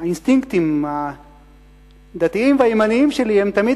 האינסטינקטים הדתיים והימניים שלי הם תמיד